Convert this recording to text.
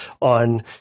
on